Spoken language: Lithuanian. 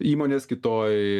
įmonės kitoj